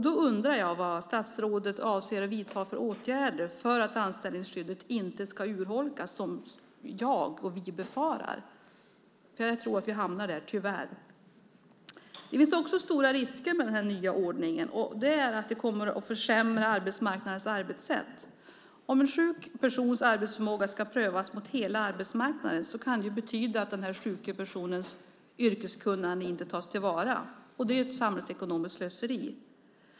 Då undrar jag vad statsrådet avser att vidta för åtgärder för att anställningsskyddet inte ska urholkas som jag och vi befarar, för jag tror att vi hamnar där, tyvärr. Det finns också stora risker med den nya ordningen, och det är att den kommer att försämra arbetsmarknadens arbetssätt. Om en sjuk persons arbetsförmåga ska prövas på hela arbetsmarknaden kan det betyda att den sjuke personens yrkeskunnande inte tas till vara, och det är ett samhällsekonomiskt slöseri.